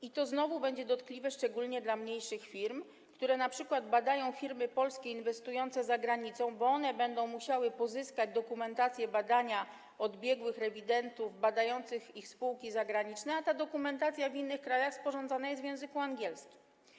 I to znowu będzie dotkliwe szczególnie dla mniejszych firm, które np. badają firmy polskie inwestujące za granicą, bo to one będą musiały pozyskać dokumentację badania od biegłych rewidentów badających ich spółki zagraniczne, a ta dokumentacja w innych krajach sporządzona jest w języku angielskim.